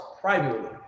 privately